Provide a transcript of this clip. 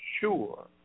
sure